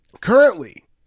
Currently